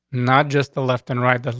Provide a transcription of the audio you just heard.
not just the left and right that,